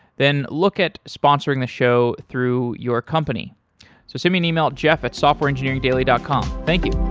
then look at sponsoring the show through your company. so send me an email at jeff at softwarengineeringdaily dot com. thank you